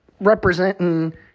representing